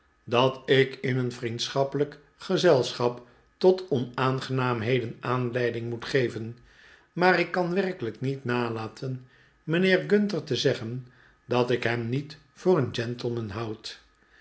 dat ik in een vriendschappelijk gezelschap tot onaangenaamhedeh aanleiding moet geven maar ik kan werkelijk niet nalaten mijnheer gunter te zeggen dat ik hem niet voor een gentleman houd